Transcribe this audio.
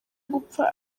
gupfa